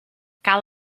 cal